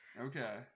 okay